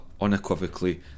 unequivocally